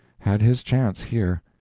had his chance here.